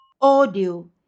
Audio